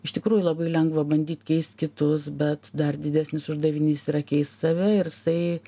iš tikrųjų labai lengva bandyt keist kitus bet dar didesnis uždavinys yra keist save ir jisai